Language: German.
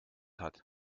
hat